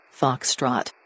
Foxtrot